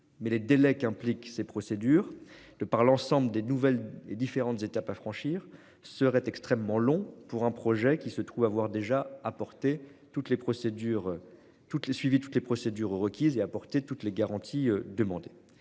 Mais les délais qu'impliquent ces procédures le par l'ensemble des nouvelles et différentes étapes à franchir serait extrêmement long pour un projet qui se trouve avoir déjà apporté toutes les procédures. Toutes les suivi toutes les procédures requises et apporter toutes les garanties demandées